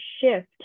shift